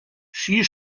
she